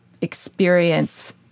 experience